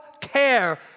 care